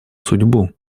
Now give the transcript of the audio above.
судьбу